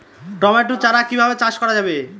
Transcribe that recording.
Tomato চারা কিভাবে চাষ করা যাবে?